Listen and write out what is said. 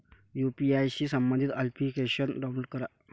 UPI शी संबंधित application download करा